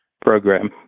program